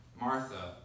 martha